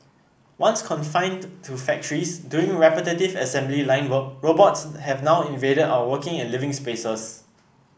once confined to factories doing repetitive assembly line work robots have now invaded our working and living spaces